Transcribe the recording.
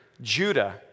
Judah